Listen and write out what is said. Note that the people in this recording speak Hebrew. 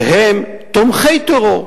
שהם תומכי טרור,